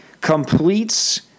completes